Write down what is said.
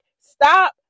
stop